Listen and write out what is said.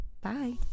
bye